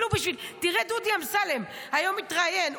תראה את דודי אמסלם, היום התראיין.